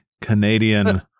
Canadian